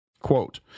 Quote